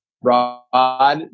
Rod